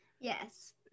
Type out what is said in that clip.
Yes